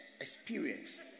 experience